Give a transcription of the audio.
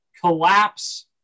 collapse